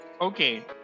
Okay